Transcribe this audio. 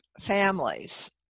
families